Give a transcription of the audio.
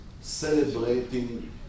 celebrating